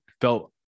felt